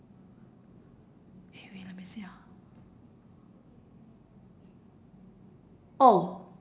eh wait let me see ah oh